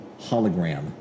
hologram